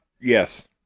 Yes